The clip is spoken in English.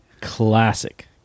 Classic